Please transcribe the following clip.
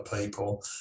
people